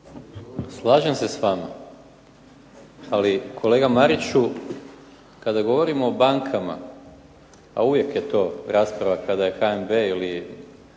Slažem se s vama, ali kolega Mariću kada govorimo o bankama a uvijek je to rasprava kada je HNB ili